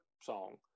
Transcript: song